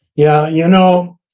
yeah. you know,